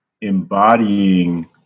embodying